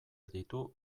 ditu